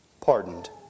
pardoned